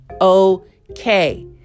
okay